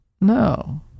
No